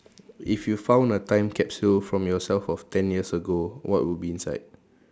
if you found a time capsule from yourself of ten years ago what would be inside